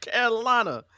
Carolina